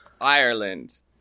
Ireland